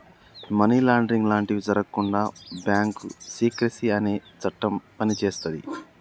money laundering లాంటివి జరగకుండా bank secrecy అనే చట్టం పనిచేస్తది